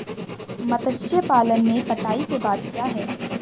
मत्स्य पालन में कटाई के बाद क्या है?